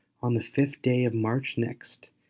on the fifth day of march next,